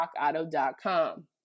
rockauto.com